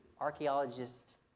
archaeologists